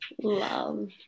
Love